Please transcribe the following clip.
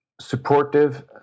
supportive